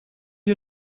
you